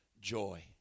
joy